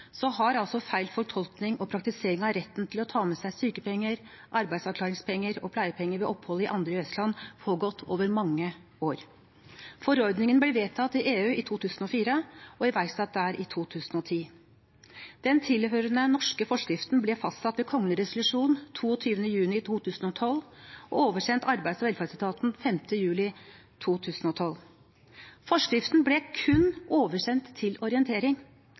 har feil fortolkning og praktisering av retten til å ta med seg sykepenger, arbeidsavklaringspenger og pleiepenger ved opphold i andre EØS-land pågått over mange år. Forordningen ble vedtatt i EU i 2004 og iverksatt der i 2010. Den tilhørende norske forskriften ble fastsatt ved kongelig resolusjon 22. juni 2012 og oversendt Arbeids- og velferdsetaten 5. juli 2012. Forskriften ble kun oversendt til orientering.